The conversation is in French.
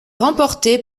remportée